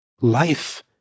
Life